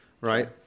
right